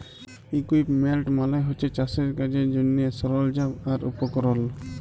equipment মালে হছে চাষের কাজের জ্যনহে সরল্জাম আর উপকরল